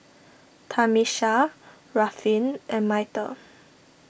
Tamisha Ruffin and Myrtle